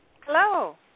Hello